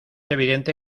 evidente